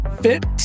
Fit